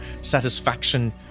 satisfaction